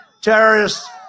terrorists